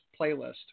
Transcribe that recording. playlist